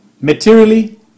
materially